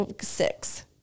Six